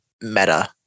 meta